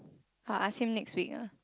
I'll ask him next week ah